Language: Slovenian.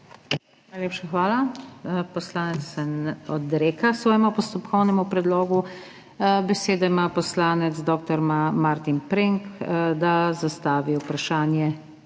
Najlepša hvala. Poslanec se odreka svojemu postopkovnemu predlogu. Besedo ima poslanec dr. Martin Premk, da zastavi vprašanje